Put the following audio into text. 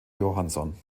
johansson